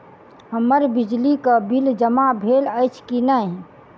हम्मर बिजली कऽ बिल जमा भेल अछि की नहि?